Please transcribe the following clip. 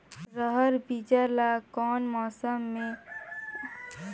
रहर बीजा ला कौन मौसम मे लगाथे अउ कौन खाद लगायेले अच्छा होथे?